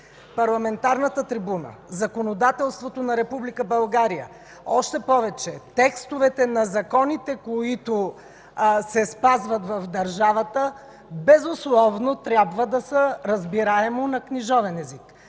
Парламентарната трибуна, законодателството на Република България, още повече текстовете на законите, които се спазват в държавата, безусловно трябва да са разбираемо на книжовен език.